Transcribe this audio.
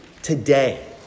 Today